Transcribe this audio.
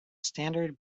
standard